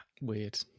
weird